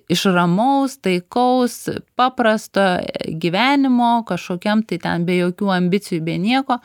iš ramaus taikaus paprasto gyvenimo kažkokiam tai ten be jokių ambicijų be nieko